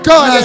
God